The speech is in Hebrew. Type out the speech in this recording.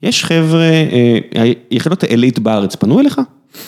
יש חבר'ה, היחידות האליט בארץ פנו אליך?